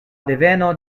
deveno